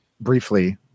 briefly